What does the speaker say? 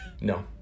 No